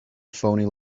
phoney